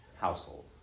household